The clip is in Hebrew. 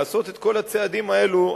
לעשות את כל הצעדים האלו,